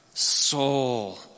soul